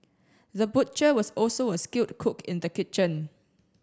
the butcher was also a skilled cook in the kitchen